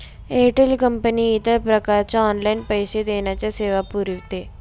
Airtel company इतर प्रकारच्या online पैसे देण्याच्या सेवा पुरविते